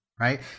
Right